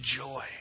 joy